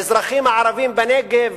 האזרחים הערבים בנגב